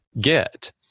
get